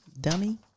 dummy